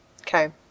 Okay